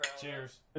Cheers